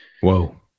Whoa